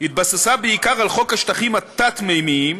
התבססה בעיקר על חוק השטחים התת-ימיים,